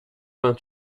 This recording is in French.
vingt